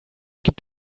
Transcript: gibt